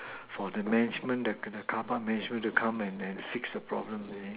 for the management the the carpark management to come and and fix the problem leh